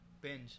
binge